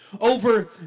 over